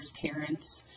parents